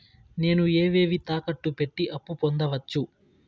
నేను ఏవేవి తాకట్టు పెట్టి అప్పు పొందవచ్చు?